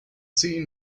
seen